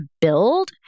build